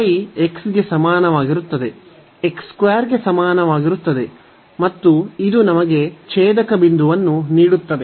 y x ಗೆ ಸಮಾನವಾಗಿರುತ್ತದೆ ಗೆ ಸಮಾನವಾಗಿರುತ್ತದೆ ಮತ್ತು ಇದು ನಮಗೆ ಛೇದಕ ಬಿಂದುವನ್ನು ನೀಡುತ್ತದೆ